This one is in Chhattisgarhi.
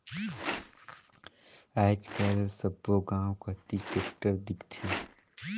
आएज काएल सब्बो गाँव कती टेक्टर दिखथे